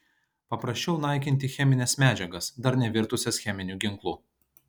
paprasčiau naikinti chemines medžiagas dar nevirtusias cheminiu ginklu